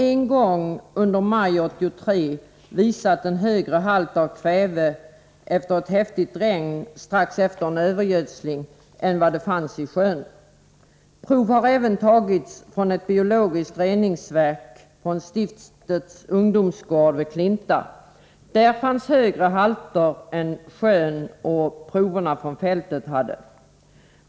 En gång under maj 1983 har man efter ett häftigt regn strax efter en övergödsling funnit en högre halt av kväve i utsläppet från åkern än i sjön. Prov har tagits även från ett biologiskt reningsverk vid stiftets ungdomsgård vid Klinta. Där fanns högre halter än i sjön och i proverna från fälten.